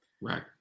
Right